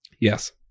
Yes